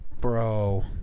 Bro